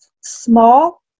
small